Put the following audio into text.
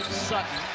sutton,